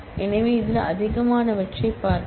எனவே இதில் அதிகமானவற்றைப் பார்ப்போம்